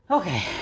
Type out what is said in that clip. okay